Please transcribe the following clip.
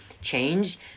change